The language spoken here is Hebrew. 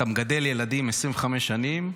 אתה מגדל ילדים 25 שנים,